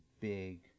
big